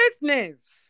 business